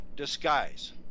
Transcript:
disguise